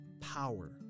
power